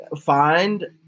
find